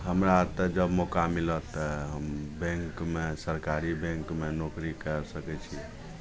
हमरा तऽ जब मौका मिलत तऽ हम बैँकमे सरकारी बैँकमे नोकरी कै सकै छी